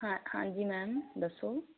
ਹਾਂਜੀ ਮੈਮ ਦੱਸੋ